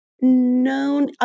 known